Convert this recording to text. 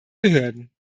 behörden